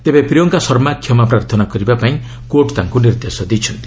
ତେବେ ପ୍ରିୟଙ୍କା ଶର୍ମା କ୍ଷମାପ୍ରାର୍ଥନା କରିବା ପାଇଁ କୋର୍ଟ୍ ତାଙ୍କୁ ନିର୍ଦ୍ଦେଶ ଦେଇଛନ୍ତି